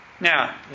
Now